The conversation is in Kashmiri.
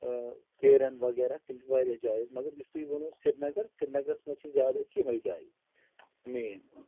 کیرَن وغیرہ تِم چھِ واریاہ جایہِ حظ مگر یُس تۄہہِ ووٚنوُ سریٖنگر سریٖنگرَس منٛز چھِ زیادٕ اَسہِ یِمَے جایہِ مین